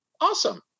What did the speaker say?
Awesome